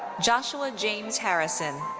joshua james harrison.